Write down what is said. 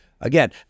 again